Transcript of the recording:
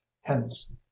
hence